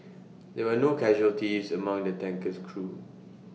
there were no casualties among the tanker's crew